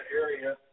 area